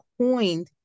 coined